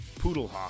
PoodleHawk